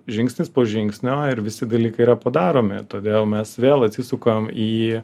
žingsnis po žingsnio ir visi dalykai yra padaromi todėl mes vėl atsisukam į